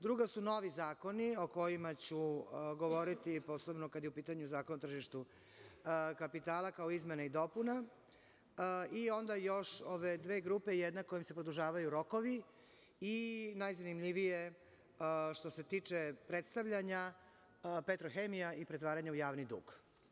Druga su novi zakoni o kojima ću govoriti, posebno kada je u pitanju Zakon o tržištu kapitala, kao izmena i dopuna, i onda još ove dve grupe jedna kojom se produžavaju rokovi i najzanimljivije što se tiče predstavljanja Petrohemija i pretvaranje u javni dug.